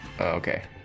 okay